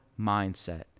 mindset